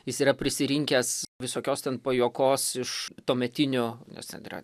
jis yra prisirinkęs visokios ten pajuokos iš tuometinių nors ten yra